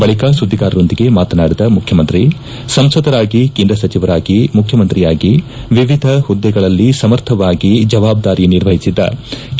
ಬಳಿಕ ಸುದ್ದಿಗಾರರೊಂದಿಗೆ ಮಾತನಾಡಿದ ಮುಖ್ಯಮಂತ್ರಿ ಸಂಸದರಾಗಿ ಕೇಂದ್ರ ಸಚಿವರಾಗಿ ಮುಖ್ಯಮಂತ್ರಿಯಾಗಿ ವಿವಿಧ ಹುದ್ದೆಗಳಲ್ಲಿ ಸಮರ್ಥವಾಗಿ ಜವಾಬ್ದಾರಿ ನಿರ್ವಹಿಸಿದ್ದ ಕೆ